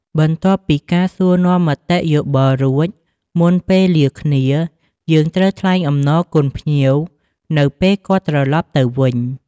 បន្ទាប់ពីការសួរនាំមតិយោបល់រួចមុនពេលលាគ្នាយើងត្រូវថ្លែងអំណរគុណភ្ញៀវនៅពេលគាត់ត្រឡប់ទៅវិញ។